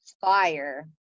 Fire